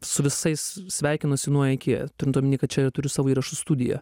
su visais sveikinuosi nuo iki turint omeny kad čia turiu savo įrašų studiją